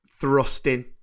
thrusting